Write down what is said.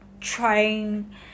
trying